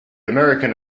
american